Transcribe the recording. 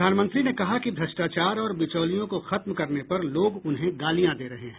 प्रधानमंत्री ने कहा कि भ्रष्टाचार और बिचौलियों को खत्म करने पर लोग उन्हे गालियां दे रहे हैं